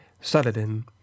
Saladin